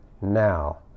now